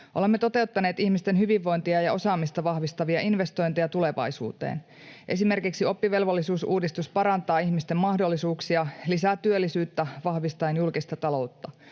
Olemme toteuttaneet ihmisten hyvinvointia ja osaamista vahvistavia investointeja tulevaisuuteen. Esimerkiksi oppivelvollisuusuudistus parantaa ihmisten mahdollisuuksia, lisää työllisyyttä vahvistaen julkista taloutta.